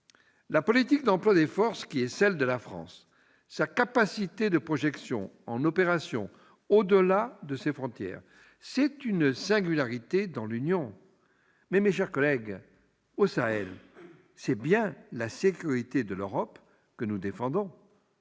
la politique d'emploi des forces qui est celle de la France, sa capacité de projection en opérations au-delà de ses frontières constituent une singularité dans l'Union européenne. Mais, au Sahel, c'est bien la sécurité de l'Europe que nous défendons,